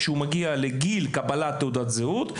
כשהוא מגיע לגיל קבלת תעודת הזהות,